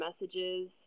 messages